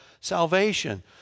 salvation